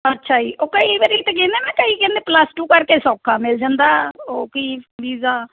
ਅੱਛਾ ਜੀ ਉਹ ਕਈ ਵਾਰੀ ਤਾਂ ਕਹਿੰਦੇ ਨਾ ਕਈ ਕਹਿੰਦੇ ਪਲੱਸ ਟੂ ਕਰਕੇ ਸੌਖਾ ਮਿਲ ਜਾਂਦਾ ਉਹ ਕੀ ਵੀਜ਼ਾ